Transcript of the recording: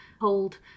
hold